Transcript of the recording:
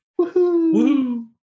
woohoo